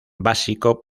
básico